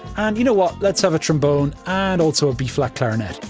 and, you know what? let's have a trombone and also a b like clarinet.